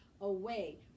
away